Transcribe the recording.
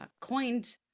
coined